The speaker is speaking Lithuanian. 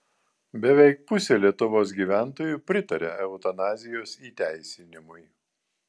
beveik pusė lietuvos gyventojų pritaria eutanazijos įteisinimui